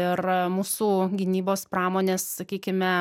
ir mūsų gynybos pramonės sakykime